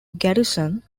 garrison